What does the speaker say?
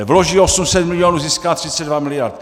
Vloží 800 milionů, získá 32 miliard.